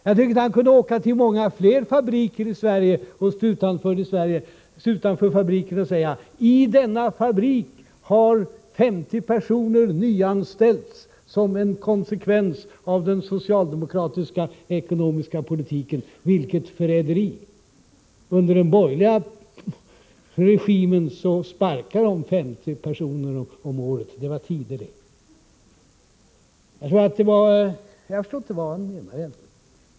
Jag tycker att han kunde åka till många fler fabriker i Sverige och stå utanför och säga: ”I denna fabrik har 50 personer nyanställts som en konsekvens av den socialdemokratiska ekonomiska politiken. Vilket förräderi! Under den borgerliga regimen sparkade de 50 personer om året. Det var tider det.” Jag förstår inte vad han menar egentligen.